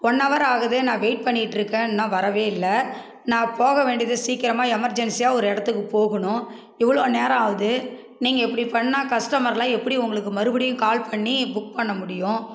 one hour ஆகுது நான் wait பண்ணிகிட்ருக்கேன் இன்னும் வரவே இல்லை நான் போக வேண்டியது சீக்கிரமாக எமெர்ஜென்சியாக ஒரு இடத்துக்கு போகணும் இவ்வளோ நேரம் ஆகுது நீங்கள் இப்படி பண்ணால் கஸ்டமர்லாம் எப்படி உங்களுக்கு மறுபடியும் கால் பண்ணி புக் பண்ண முடியும்